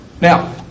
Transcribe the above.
Now